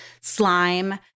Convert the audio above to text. slime